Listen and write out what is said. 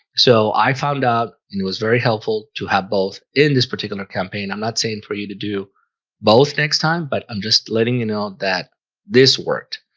so i found out it was very helpful to have both in this particular campaign i'm not saying for you to do both next time, but i'm just letting you know that this worked